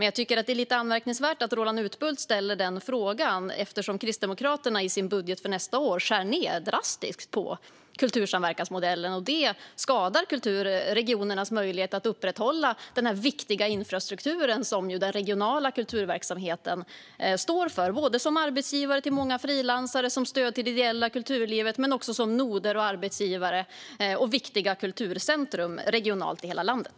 Jag tycker dock att det är anmärkningsvärt att Roland Utbult ställer den frågan, eftersom Kristdemokraterna i sin budget för nästa år skär ned drastiskt på kultursamverkansmodellen. Det skadar regionernas möjlighet att upprätthålla den viktiga infrastruktur som den regionala kulturverksamheten står för, som arbetsgivare till många frilansare, som stöd till det ideella kulturlivet men också som regionala noder och viktiga kulturcentrum i hela landet.